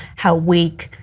how weak,